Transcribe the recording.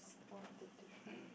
spot the difference